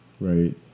right